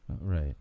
Right